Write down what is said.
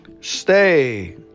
Stay